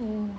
oh